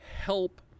help